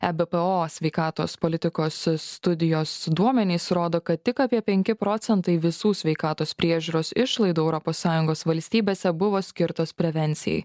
ebpo sveikatos politikos studijos duomenys rodo kad tik apie penki procentai visų sveikatos priežiūros išlaidų europos sąjungos valstybėse buvo skirtos prevencijai